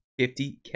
50k